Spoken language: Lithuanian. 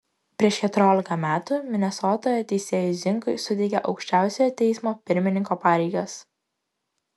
prieš keturiolika metų minesotoje teisėjui zinkui suteikė aukščiausiojo teismo pirmininko pareigas